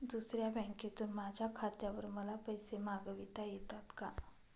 दुसऱ्या बँकेतून माझ्या खात्यावर मला पैसे मागविता येतात का?